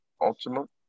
ultimate